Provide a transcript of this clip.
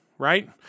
Right